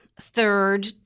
third